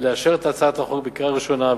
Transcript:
לאשר את הצעת החוק בקריאה ראשונה,